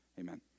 amen